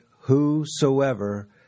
whosoever